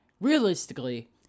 Realistically